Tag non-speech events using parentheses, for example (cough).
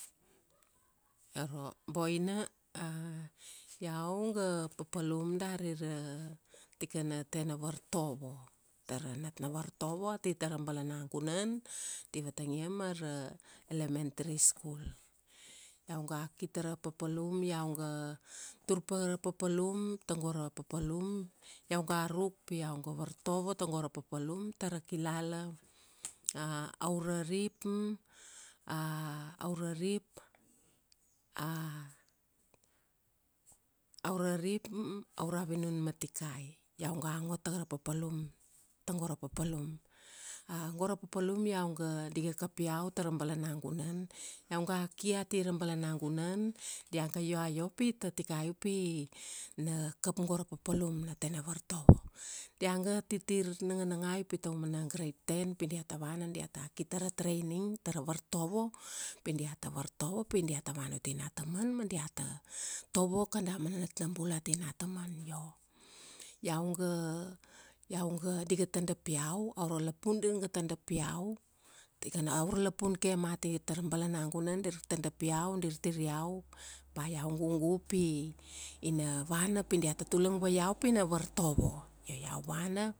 Iaro, boina, (hesitation) iau ga, papalum dari ra tikana tena vartovo. Tara nat na vartovo ati tara balanagunan, di vatangia mara, elemetary school. Iau ga ki tara papalum iau ga, tur pa ra papalum tago ra papalum, iau ga ruk pi iau ga vartovo tago ra papalum tara kilala, (hesitation) aura rip, (hesitation) aura rip (hesitation) aura arip, aura vinun ma tikai. Iau ga ngo tana ra papalu, tago ra papalum. (hesitation) go ra papalum di ga kap iau tara balanagunan, iau ga ki ati ra balanagun, dia ga ioaio pi tatikai upi na kap go ra papalum na tena vartovo. Diaga titir naganangai pi taumana garde 10 pi diata vana diata ki tara training tara vartovo, pi diata vartovo pi diata vana uti nataman ma diata tovo kada mana natnabul ati nataman. Io, iau ga, iau ga, di ga tadap iau, aura lapun dirga tadap iau, tikana, aura lapun ke mati tara balanagunan dir tadap iau dir tir iau, ba iau gugu pi ina vana pi diata tulang vue iau pina vartovo. Io iau vana,